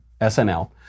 SNL